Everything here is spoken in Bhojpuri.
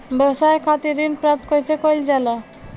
व्यवसाय खातिर ऋण प्राप्त कइसे कइल जाला?